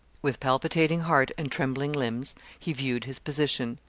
with palpitating heart and trembling limbs he viewed his position.